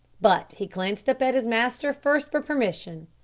but he glanced up at his master first for permission.